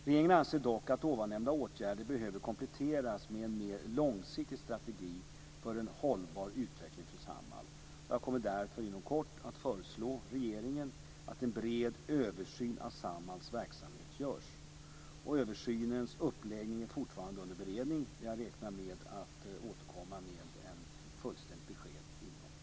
Regeringen anser dock att ovannämnda åtgärder behöver kompletteras med en mer långsiktig strategi för en hållbar utveckling för Samhall. Jag kommer därför inom kort att föreslå regeringen att en bred översyn av Samhalls verksamhet görs. Översynens uppläggning är fortfarande under beredning, men jag räknar med att återkomma med fullständigt besked inom kort.